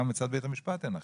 גם מצד בית המשפט אין אכיפה.